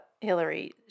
Hillary